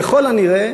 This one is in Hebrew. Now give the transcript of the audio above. ככל הנראה,